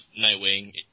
Nightwing